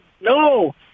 no